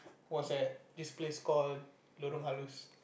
was at this place called Lorong